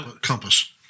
Compass